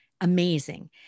Amazing